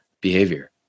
behavior